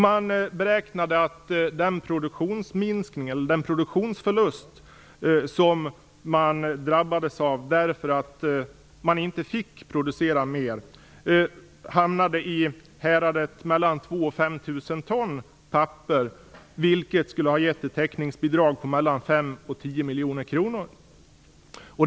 Man beräknade att den produktionsförlust som man drabbades av därför att man inte fick producera mer blev mellan 2 000 och 5 000 ton papper, vilket skulle ha givit ett täckningsbidrag på mellan 5 och 10 miljoner kronor.